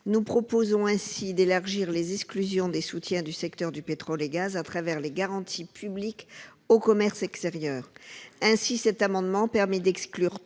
Nous proposons d'élargir les exclusions des soutiens au secteur du pétrole et du gaz à travers les garanties publiques au commerce extérieur. Il s'agit d'exclure